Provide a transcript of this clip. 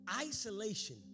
Isolation